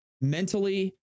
mentally